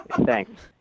Thanks